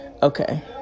Okay